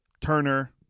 Turner